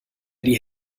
die